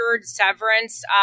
severance